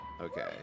Okay